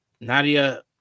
nadia